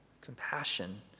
compassion